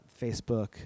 Facebook